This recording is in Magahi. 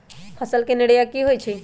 फसल के निराया की होइ छई?